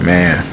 Man